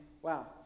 Wow